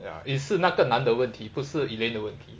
ya is 是那个男的问题不是 elaine 的问题